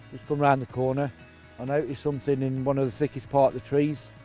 come round the corner i noticed something in one of the thickest part the trees,